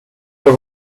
peux